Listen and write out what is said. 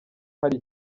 hari